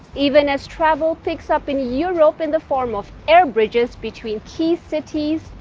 even as travel picks up in europe in the form of air bridges between key cities,